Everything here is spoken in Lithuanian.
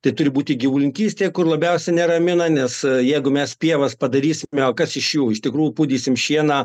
tai turi būti gyvulininkystė kur labiausiai neramina nes jeigu mes pievas padarysime o kas iš jų iš tikrųjų pūdysim šieną